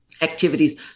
activities